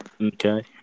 Okay